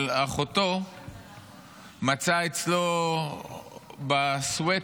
אבל אחותו מצאה אצלו בסווטשירט,